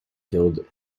killed